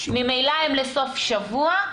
ממילא זה לסוף שבוע.